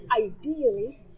ideally